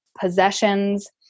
possessions